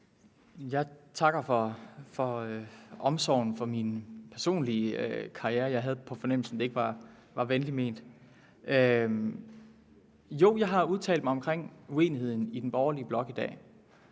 Jeg takker for omsorgen for min personlige karriere. Jeg havde på fornemmelsen, at det ikke var venligt ment. Jo, jeg har udtalt mig om uenigheden i den borgerlige blok i dag,